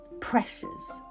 pressures